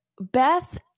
Beth